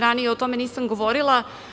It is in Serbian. Ranije i o tome nisam govorila.